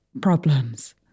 problems